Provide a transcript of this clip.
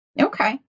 Okay